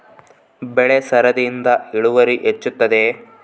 ಬೆಳೆ ಸರದಿಯಿಂದ ಇಳುವರಿ ಹೆಚ್ಚುತ್ತದೆಯೇ?